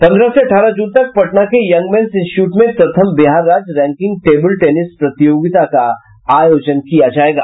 पंद्रह से अठारह जून तक पटना के यंग मेन्स इंस्टीच्यूट में प्रथम बिहार राज्य रैंकिंग टेबल टेनिस प्रतियोगिता का आयोजन किया जायेगा